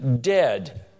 dead